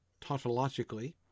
tautologically